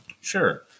Sure